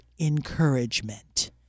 encouragement